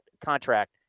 contract